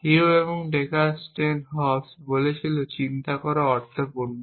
Hume এবং Descartes 10 Hobbes বলেছিল চিন্তা করা অর্থপূর্ণ